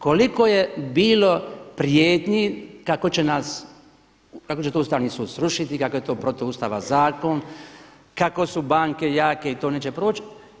Koliko je bilo prijetnji kako će nas, kako će to Ustavni sud srušiti, kako je to protuustavan zakon, kako su banke jake i to neće proći.